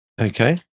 Okay